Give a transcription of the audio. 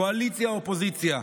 קואליציה או אופוזיציה,